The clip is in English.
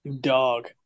Dog